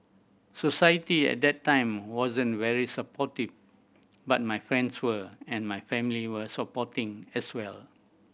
society at that time wasn't very supportive but my friends were and my family were supporting as well